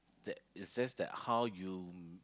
that it's just that how you